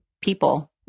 people